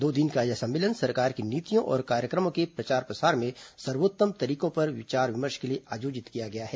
दो दिन का यह सम्मेलन सरकार की नीतियों और कार्यक्रमों के प्रचार प्रसार में सर्वोत्तम तरीकों पर विचार विमर्श के लिए आयोजित किया गया है